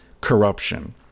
corruption